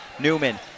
Newman